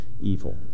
evil